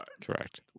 Correct